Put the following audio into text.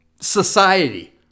society